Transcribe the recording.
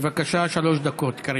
בבקשה, שלוש דקות, קארין.